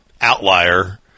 outlier